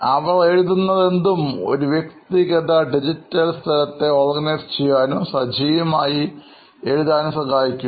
അവർ എഴുതുന്നതെന്തും ഒരു വ്യക്തിഗത ഡിജിറ്റൽ സ്ഥലത്ത് ഓർഗനൈസ് ചെയ്യാനും സജീവമായി എഴുതാനും സഹായിക്കും